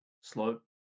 slope